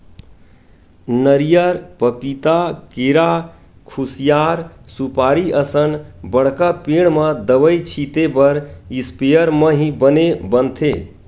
नरियर, पपिता, केरा, खुसियार, सुपारी असन बड़का पेड़ म दवई छिते बर इस्पेयर म ही बने बनथे